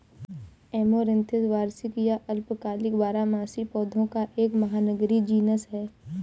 amaranthus वार्षिक या अल्पकालिक बारहमासी पौधों का एक महानगरीय जीनस है